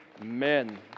amen